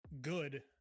good